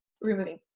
removing